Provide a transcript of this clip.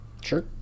Sure